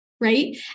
Right